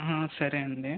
హా సరే అండి